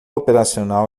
operacional